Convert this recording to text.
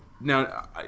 now